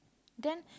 then